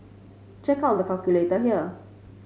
check out the calculator here